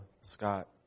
Scott